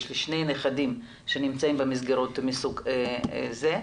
יש לי שני נכדים שנמצאים במסגרות מסוג זה,